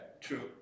true